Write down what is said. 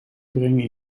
brengen